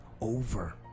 over